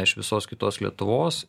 iš visos kitos lietuvos